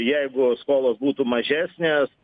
jeigu skolos būtų mažesnės